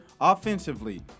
offensively